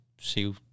see